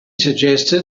suggested